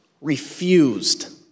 refused